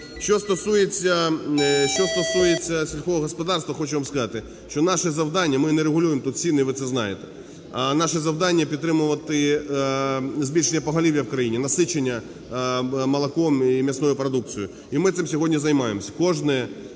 Що стосується сільського господарства, хочу вам сказати, що наше завдання, ми не регулюємо тут ціни, і ви це знаєте, а наше завдання – підтримувати збільшення поголів'я в країні, насичення молоком і м'ясною продукцією. І ми цим сьогодні займаємося.